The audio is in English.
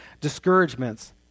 discouragements